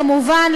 כמובן,